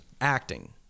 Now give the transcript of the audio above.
acting